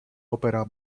opera